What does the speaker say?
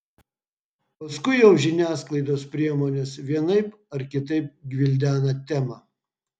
paskui jau žiniasklaidos priemonės vienaip ar kitaip gvildena temą